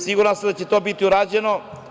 Siguran sam da će to biti urađeno.